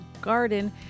Garden